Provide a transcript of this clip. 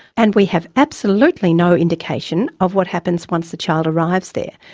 and we have absolutely no indication of what happens once the child arrives there.